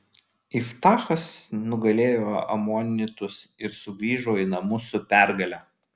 iftachas nugalėjo amonitus ir sugrįžo į namus su pergale